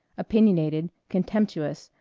opinionated, contemptuous,